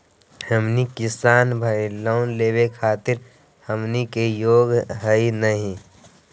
हमनी किसान भईल, लोन लेवे खातीर हमनी के योग्य हई नहीं?